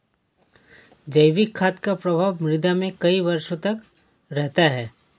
जैविक खाद का प्रभाव मृदा में कई वर्षों तक रहता है